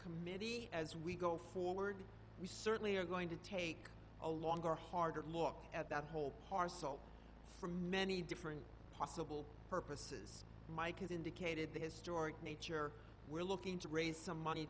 committee as we go forward we certainly are going to take a longer harder look at that whole parcel for many different possible purposes mike has indicated the historic nature we're looking to raise some money